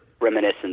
reminiscence